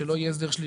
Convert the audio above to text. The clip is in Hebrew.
שלא יהיה הסדר שלילי.